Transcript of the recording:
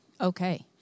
okay